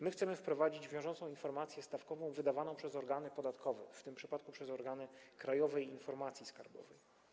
My chcemy wprowadzić wiążącą informację stawkową wydawaną przez organy podatkowe, w tym przypadku przez organy Krajowej Informacji Skarbowej.